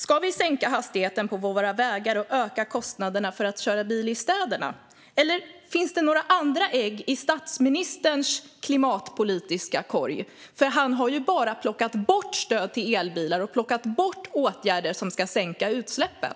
Ska vi sänka hastigheten på våra vägar och öka kostnaderna för att köra bil i städerna, eller finns det några andra ägg i statsministerns klimatpolitiska korg? Han har ju bara plockat bort stöd till elbilar och plockat bort åtgärder som ska sänka utsläppen.